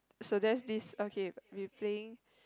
suggest this okay we playing